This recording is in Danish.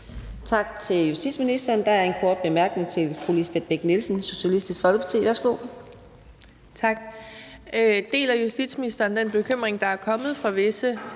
Tak til justitsministeren. Der er en kort bemærkning til fru Lisbeth Bech-Nielsen, Socialistisk Folkeparti. Værsgo. Kl. 17:46 Lisbeth Bech-Nielsen (SF): Tak. Deler justitsministeren den bekymring, der har lydt fra visse